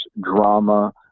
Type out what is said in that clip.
drama